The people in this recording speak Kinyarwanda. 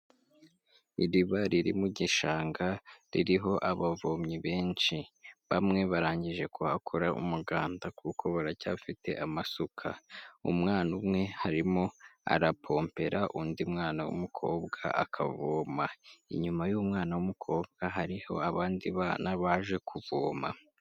Iriba riri mu gishanga ririho abavomyi benshi bamwe barangije kuhakora umuganda kuko baracyafite amasuka, umwana umwe arimo arapompera undi mwana w'umukobwa akavoma, inyuma y'uwo mwana w'umukobwa hariho abandi bana baje kuvoma.